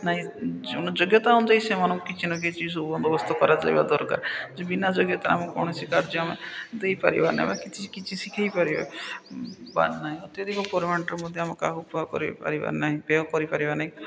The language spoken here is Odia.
ନାଇଁ ଯୋଗ୍ୟତା ଅନୁଯାୟୀ ସେମାନଙ୍କୁ କିଛି ନ କିଛି ସବୁ ବନ୍ଦୋବସ୍ତ କରାଯାଇବା ଦରକାର ଯେ ବିନା ଯୋଗ୍ୟତା ଆମେ କୌଣସି କାର୍ଯ୍ୟ ଦେଇପାରିବା ନାହିଁ ବା କିଛି କିଛି ଶିଖେଇ ପାରିବାେ ବା ନହିଁ ଅତ୍ୟଧିକ ପରିମାଣରେ ମଧ୍ୟ ଆମ କାହାକୁ କରିପାରିବା ନାହିଁ ବ୍ୟୟ କରିପାରିବ ନାହିଁ